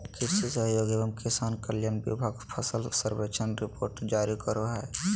कृषि सहयोग एवं किसान कल्याण विभाग फसल सर्वेक्षण रिपोर्ट जारी करो हय